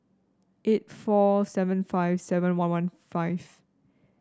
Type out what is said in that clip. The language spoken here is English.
eight four seven five seven one one five